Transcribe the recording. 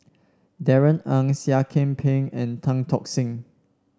Darrell Ang Seah Kian Peng and Tan Tock Seng